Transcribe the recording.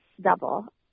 double